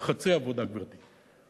חצי עבודה, גברתי.